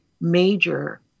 major